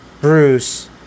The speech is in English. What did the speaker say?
Bruce